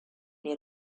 near